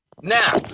Now